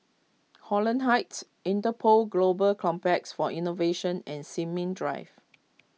Holland Heights Interpol Global Complex for Innovation and Sin Ming Drive